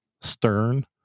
stern